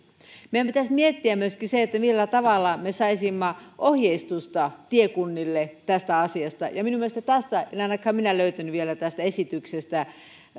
meidän pitäisi miettiä myöskin millä tavalla me saisimme ohjeistusta tiekunnille tästä asiasta minun mielestäni en ainakaan minä löytänyt vielä tästä esityksestä